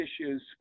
issues